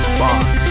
box